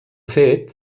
fet